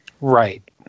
Right